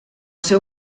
seu